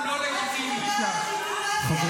חבר